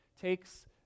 takes